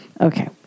Okay